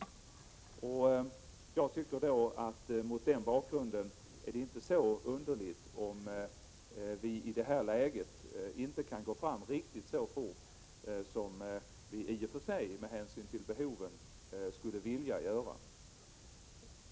Mot denna bakgrund tycker jag inte att det är så underligt om vi i detta läge inte kan gå fram riktigt så fort som vi i och för sig med hänsyn till behoven skulle vilja göra.